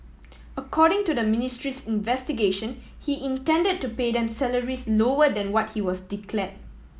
according to the ministry's investigation he intended to pay them salaries lower than what he was declare